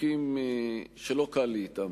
חוקים שלא קל לי אתם.